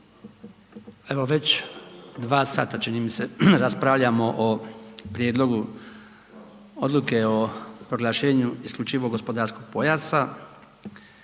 Evo već 2 sata, čini mi se raspravljamo o Prijedlogu odluke o proglašenju isključivog gospodarskog pojasa